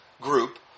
group